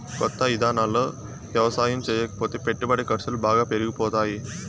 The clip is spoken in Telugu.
కొత్త ఇదానాల్లో యవసాయం చేయకపోతే పెట్టుబడి ఖర్సులు బాగా పెరిగిపోతాయ్